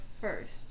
first